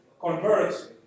convert